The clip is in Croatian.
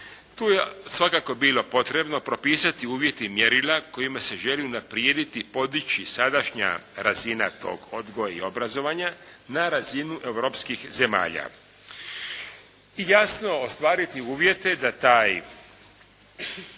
tu je svakako bilo potrebno propisati uvjete i mjerila kojima se želi unaprijediti, podići sadašnja razina tog odgoja i obrazovanja na razinu europskih zemalja i jasno, ostvariti uvjete da taj